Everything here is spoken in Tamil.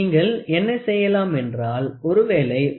நீங்கள் என்ன செய்யலாம் என்றால் ஒருவேளை உங்களிடம் 23